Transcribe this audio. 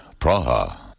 Praha